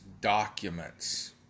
documents